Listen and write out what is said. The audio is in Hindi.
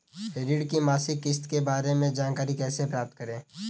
ऋण की मासिक किस्त के बारे में जानकारी कैसे प्राप्त करें?